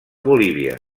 bolívia